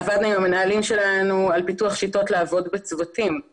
עבדנו עם המנהלים שלנו על פיתוח שיטות לעבוד בצוותים,